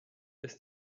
ist